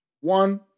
one